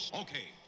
okay